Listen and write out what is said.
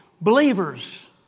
Believers